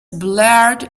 blared